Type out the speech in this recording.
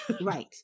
Right